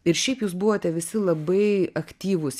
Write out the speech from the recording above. ir šiaip jūs buvote visi labai aktyvūs